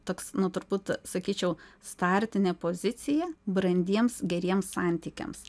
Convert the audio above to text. toks nu turbūt sakyčiau startinė pozicija brandiems geriems santykiams